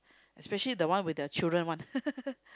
especially the one with the children one